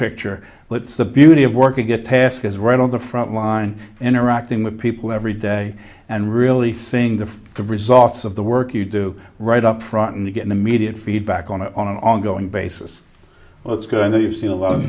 picture let's the beauty of work and get task is right on the front line interacting with people every day and really seeing the results of the work you do right up front and you get immediate feedback on a on an ongoing basis let's go in there you've seen a lot of